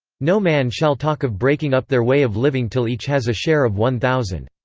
no man shall talk of breaking up their way of living till each has a share of one thousand.